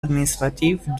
administratifs